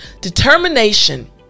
Determination